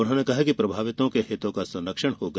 उन्होंने कहा कि प्रभावितों के हितों का संरक्षण होगा